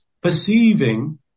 perceiving